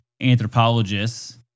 anthropologists